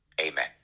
Amen